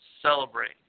celebrate